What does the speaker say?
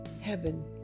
heaven